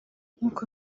nk’uko